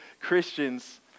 Christians